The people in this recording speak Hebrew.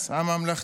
הארץ,